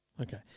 Okay